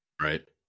Right